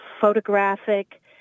photographic